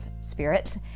spirits